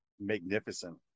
magnificent